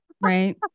Right